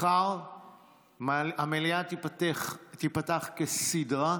מחר המליאה תיפתח כסדרה.